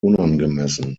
unangemessen